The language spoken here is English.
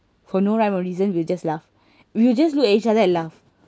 for no rhyme or reason we'll just laugh we'll just look at each other and laugh